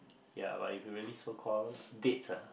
ya but you could really so call dates uh